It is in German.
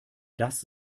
das